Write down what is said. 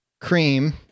cream